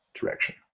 direction